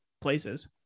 places